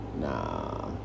Nah